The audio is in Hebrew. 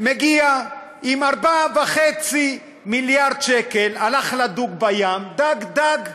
מגיע עם 4.5 מיליארד שקל, הלך לדוג בים, דג דג.